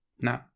No